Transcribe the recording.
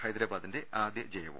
ഹൈദരാബാ ദിന്റെ ആദ്യ ജയവും